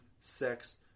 sex